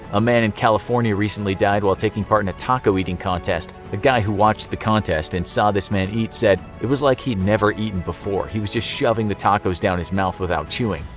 a man in california recently died while taking part in a taco-eating contest. a guy who watched the contest and saw this man eat said, it was like he'd never eaten before. he was just shoving the tacos down his mouth without chewing.